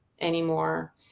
anymore